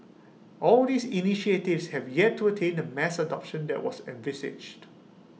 all these initiatives have yet to attain the mass adoption that was envisaged